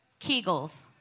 Kegels